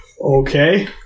Okay